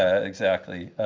ah exactly.